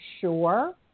sure